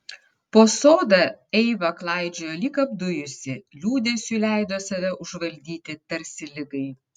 po sodą eiva klaidžiojo lyg apdujusi liūdesiui leido save užvaldyti tarsi ligai